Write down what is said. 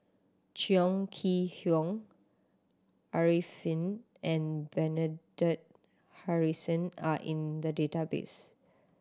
Chong Kee Hiong Arifin and Bernard Harrison are in the database